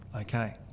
Okay